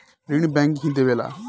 ऋण बैंक ही देवेला